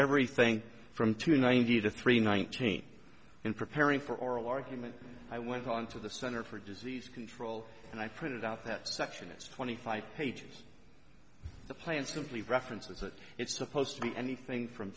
everything from two ninety to three nineteen in preparing for oral argument i went on to the center for disease control and i printed out that section it's twenty five pages the plan simply references that it's supposed to be anything from